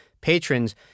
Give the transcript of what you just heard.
patrons